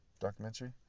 Documentary